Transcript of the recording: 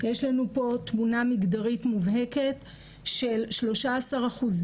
יש לנו פה תמונה מגדרית מובהקת של 13%